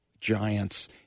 giants